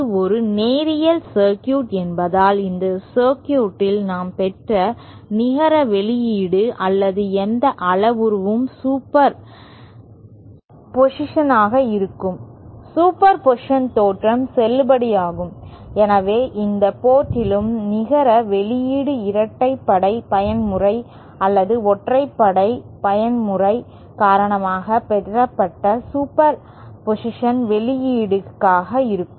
இது ஒரு நேரியல் சர்க்யூட் என்பதால் இந்த சர்க்யூட் இல் நாம் பெற்ற நிகர வெளியீடு அல்லது எந்த அளவுருவும் சூப்பர் போசிஷனாக இருக்கும் சூப்பர் போசிஷன் தேற்றம் செல்லுபடியாகும் எனவே எந்த போர்டிலும் நிகர வெளியீடு இரட்டைப்படை பயன்முறை அல்லது ஒற்றைப்படை பயன்முறை காரணமாக பெறப்பட்ட சூப்பர் போசிஷன் வெளியீடுகளாக இருக்கும்